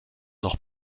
noch